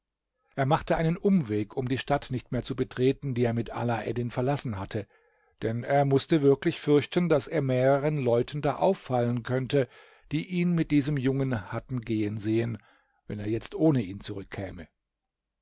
er machte einen umweg um die stadt nicht mehr zu betreten die er mit alaeddin verlassen hatte denn er mußte wirklich fürchten daß er mehreren leuten da auffallen könnte die ihn mit diesem jungen hatten gehen sehen wenn er jetzt ohne ihn zurückkäme